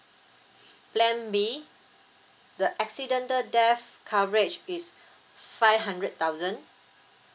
plan B the accident death coverage is five hundred thousand